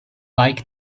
like